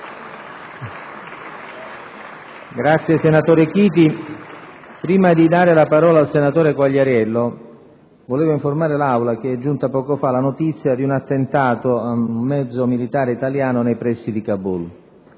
finestra"). Prima di dare la parola al senatore Quagliariello, volevo informare l'Aula che è giunta poco fa la notizia di un attentato a un mezzo militare italiano nei pressi di Kabul.